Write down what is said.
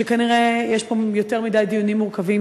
שכנראה יש פה יותר מדי דיונים מורכבים,